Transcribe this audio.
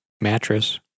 mattress